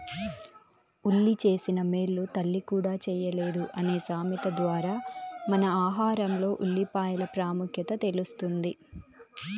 ఉల్లి చేసిన మేలు తల్లి కూడా చేయలేదు అనే సామెత ద్వారా మన ఆహారంలో ఉల్లిపాయల ప్రాముఖ్యత తెలుస్తుంది